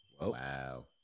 wow